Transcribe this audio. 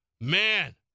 man